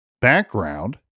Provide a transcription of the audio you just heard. background